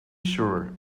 sure